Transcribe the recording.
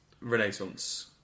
Renaissance